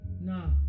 nah